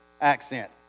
accent